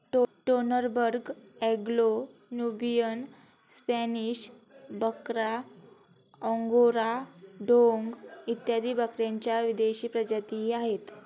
Toggenburg, Anglo Nubian, Spanish बकरा, Angora डोंग इत्यादी बकऱ्यांच्या विदेशी प्रजातीही आहेत